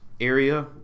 area